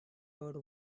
rode